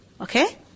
okay